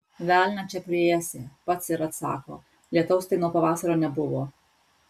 velnią čia priėsi pats ir atsako lietaus tai nuo pavasario nebuvo